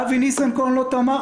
אבי ניסנקורן לא תמך,